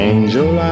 Angel